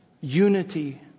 unity